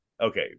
okay